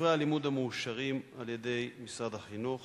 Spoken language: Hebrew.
ספרי הלימוד המאושרים על-ידי משרד החינוך